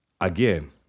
again